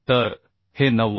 तर हे 90